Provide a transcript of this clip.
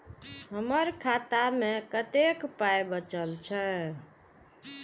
हमर खाता मे कतैक पाय बचल छै